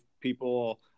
people